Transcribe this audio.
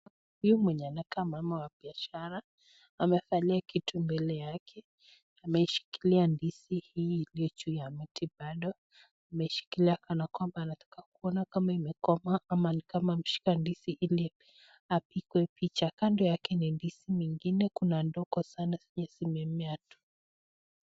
Huyu mwenye anakaa mama wa biashara, amevalia kitu mbele yake. Ameshikilia ndizi hii iliyo juu ya mti bado, ameshikilia kana kwamba anataka kuona kama imekomaa ama ni kama ameshika ndizi ili apigwe picha. Kando yake ni ndizi mingine kuna ndogo sana zenye zimemea tu.